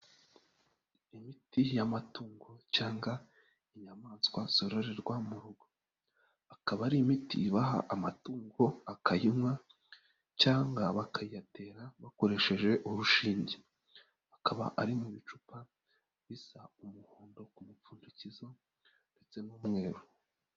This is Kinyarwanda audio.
Imiti y'amatungo cyangwa inyamaswa zororerwa mu rugo, akaba ari imiti baha amatungo akayinywa cyangwa bakayatera bakoresheje urushinge, akaba ari mu bicupa bisa umuhondo ku mupfundikizo ndetse n'umweru.